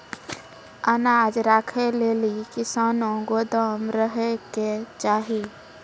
अनाज राखै लेली कैसनौ गोदाम रहै के चाही?